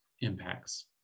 impacts